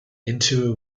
into